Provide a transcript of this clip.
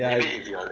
ya